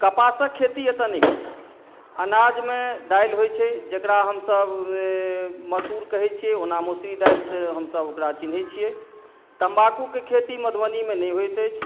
कपासक खेती एतय नहि होइए अनाजमे दालि होइत छै जकरा हमसभ मसूर कहैत छियै ओना मसुरी दालिसँ हमसभ ओकरा चिन्हैत छियै तम्बाकूके खेती मधुबनीमे नहि होइत अछि